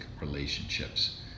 relationships